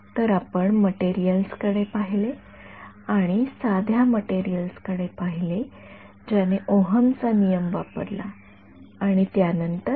तर आपण मटेरिअल्स कडे पाहिले आपण साध्या मटेरिअल्स कडे पाहिले ज्याने ओहम चा नियम वापरला आणि त्या नंतर